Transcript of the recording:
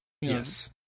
Yes